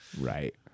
right